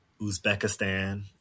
Uzbekistan